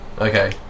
Okay